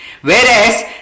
Whereas